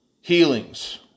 healings